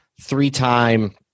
three-time